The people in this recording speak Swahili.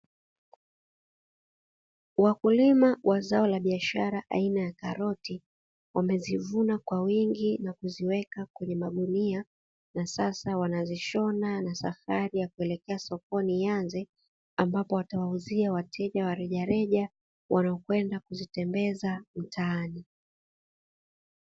Wakulima wa zao la biashara aina ya karoti wamezivuna kwa wingi na kuziweka kwenye magunia na sasa wanazishona na safari ya kuelekea sokoni ianze. Ambapo watawauzia wateja wa rejareja waliokwenda kuzitembeza mtaani.